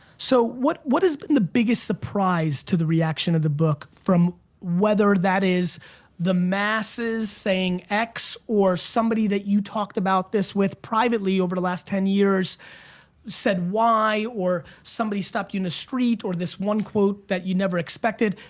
so what what has been the biggest surprise to the reaction of the book? from whether that is the masses saying x or somebody that you talked about this with privately over the last ten years said y or somebody stopped you in the street, or this one quote that you never expected.